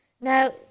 Now